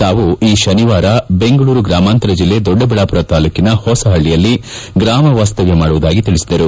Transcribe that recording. ತಾವು ಈ ಶನಿವಾರ ಬೆಂಗಳೂರು ಗ್ರಾಮಾಂತರ ಜಿಲ್ಲೆ ದೊಡ್ಡಬಳ್ಳಾಪುರ ತಾಲ್ಲೂಕಿನ ಹೊಸಹಳ್ಳಿಯಲ್ಲಿ ಗ್ರಾಮ ವಾಸ್ತವ್ನ ಮಾಡುವುದಾಗಿ ತಿಳಿಸಿದರು